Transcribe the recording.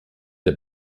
der